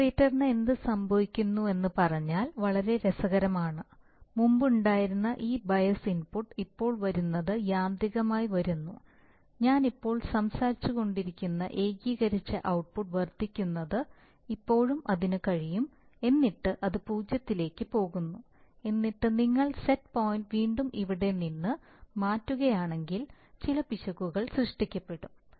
ഇന്റഗ്രേറ്ററിന് എന്ത് സംഭവിക്കുന്നുവെന്ന് പറഞ്ഞാൽ വളരെ രസകരമാണ് മുമ്പ് ഉണ്ടായിരുന്ന ഈ ബയാസ് ഇൻപുട്ട് ഇപ്പോൾ വരുന്നത് യാന്ത്രികമായി വരുന്നു ഞാൻ ഇപ്പോൾ സംസാരിച്ചുകൊണ്ടിരുന്ന ഏകീകരിച്ച ഔട്ട്പുട്ട് വർദ്ധിക്കുന്നത് ഇപ്പോഴും അതിന് കഴിയും എന്നിട്ട് അത് പൂജ്യത്തിലേക്ക് പോകുന്നു എന്നിട്ട് നിങ്ങൾ സെറ്റ് പോയിന്റ് വീണ്ടും ഇവിടെ നിന്ന് മാറ്റുകയാണെങ്കിൽ ചില പിശകുകൾ സൃഷ്ടി ക്കപ്പെടും